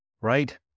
right